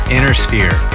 Innersphere